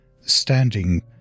standing